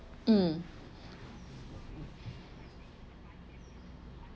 um